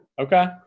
okay